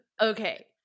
Okay